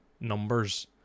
numbers